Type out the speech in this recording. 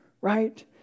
right